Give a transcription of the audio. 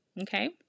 okay